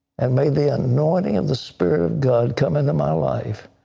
and made the anointing of the spirit of god come into my life.